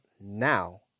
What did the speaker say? now